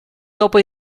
dopo